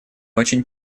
очень